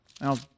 Now